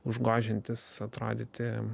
užgožiantis atrodyti